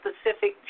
specific